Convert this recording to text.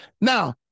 Now